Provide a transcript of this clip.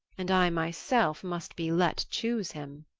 and i myself must be let choose him.